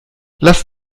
lass